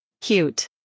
Cute